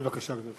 בבקשה, גברתי.